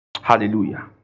Hallelujah